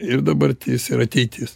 ir dabartis ir ateitis